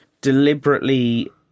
deliberately